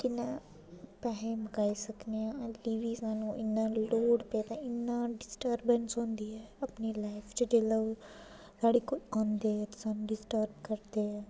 कि'यां पैसे मकाई सकनी आं क्योंकि असैं गी इन्ना लोड़ पेदा इन्री डिस्टरबैंस होंदी ऐ कि अपनी लाईफ च जिसलै साढे ओह् औंदे ते असें गी डिसर्टब करदे न